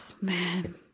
man